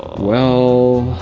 well.